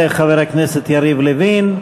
תודה לחבר הכנסת יריב לוין.